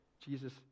Jesus